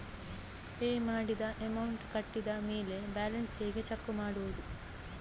Pay ಮಾಡಿದ amount ಕಟ್ಟಿದ ಮೇಲೆ ಬ್ಯಾಲೆನ್ಸ್ ಹೇಗೆ ಚೆಕ್ ಮಾಡುವುದು?